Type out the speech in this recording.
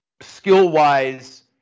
skill-wise